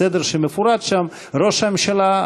בסדר שמפורט שם: ראש הממשלה,